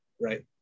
Right